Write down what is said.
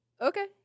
okay